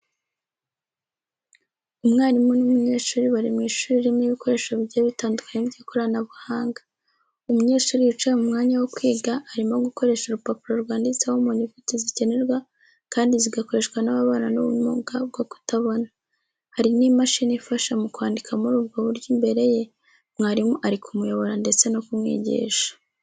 Umwarimu n’umunyeshuri bari mu ishuri ririmo ibikoresho bigiye bitandukanye by’ikoranabuhanga. Umunyeshuri wicaye mu mwanya wo kwiga arimo gukoresha urupapuro rwanditseho mu nyuguti zikenerwa kandi zigakoreshwa n’ababana n’ubumuga bwo kutabona. Hari n’imashini ifasha mu kwandika muri ubwo buryo imbere ye, mwarimu ari kumuyobora ndetse no kumwigisha.